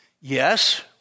Yes